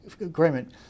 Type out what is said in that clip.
agreement